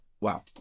Wow